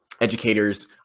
educators